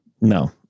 No